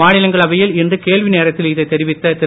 மாநிலங்களவையில் இன்று கேள்வி நேரத்தில் இதைத் தெரிவித்த திரு